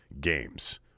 games